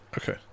Okay